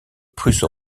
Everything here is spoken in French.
prusse